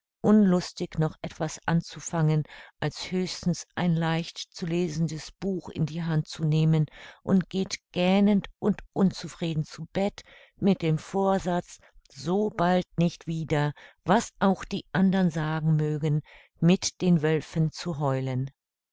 unlustig noch etwas anzufangen als höchstens ein leicht zu lesendes buch in die hand zu nehmen und geht gähnend und unzufrieden zu bett mit dem vorsatz sobald nicht wieder was auch die andern sagen mögen mit den wölfen zu heulen